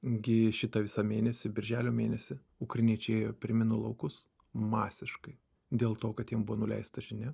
gi šitą visą mėnesį birželio mėnesį ukrainiečiai ėjo per minų laukus masiškai dėl to kad jiem buvo nuleista žinia